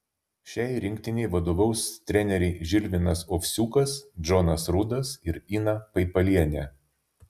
šiai rinktinei vadovaus treneriai žilvinas ovsiukas džonas rudas ir ina paipalienė